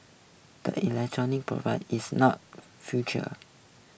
the electronic provide is not future